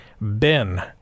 ben